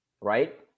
right